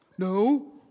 No